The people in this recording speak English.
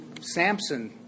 Samson